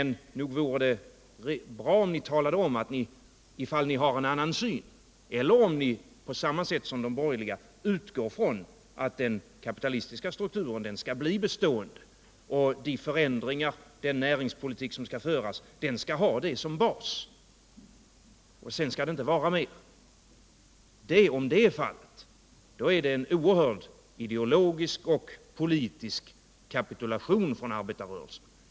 Det vore bra om ni talade om, ifall ni har en annan syn. Men om ni på samma sätt som de borgerliga utgår ifrån att den kapitalistiska strukturen skall bli bestående och att den näringspolitik som skall föras skall ha denna som bas och ingenting annat, då innebär det en oerhörd ideologisk och politisk kapitulation från arbetarrörelsen.